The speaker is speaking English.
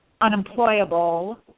unemployable